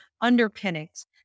underpinnings